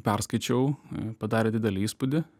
perskaičiau padarė didelį įspūdį